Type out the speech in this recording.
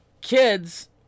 kids